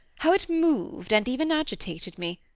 how it moved, and even agitated me!